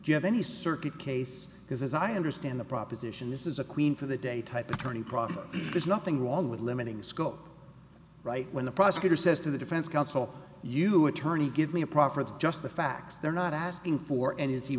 do you have any circuit case because as i understand the proposition this is a queen for the day type attorney proffer there's nothing wrong with limiting the scope right when the prosecutor says to the defense counsel you attorney give me a proffer that just the facts they're not asking for